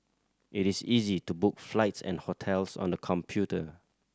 it is easy to book flights and hotels on the computer